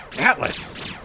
Atlas